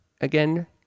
Again